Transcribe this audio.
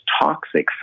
toxic